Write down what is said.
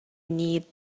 need